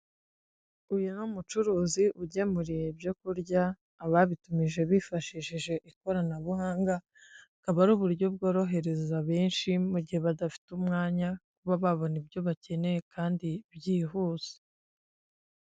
Uyu ni umucuruzi ugemuriye ibyo kurya ababitumije bifashishije ikoranabuhanga, akaba ari uburyo bworohereza benshi mu gihe badafite umwanya, kuba babona ibyo bakeneye kandi byihuse.